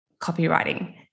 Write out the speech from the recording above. copywriting